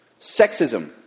Sexism